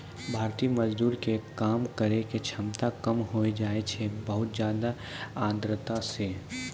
भारतीय मजदूर के काम करै के क्षमता कम होय जाय छै बहुत ज्यादा आर्द्रता सॅ